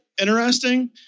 interesting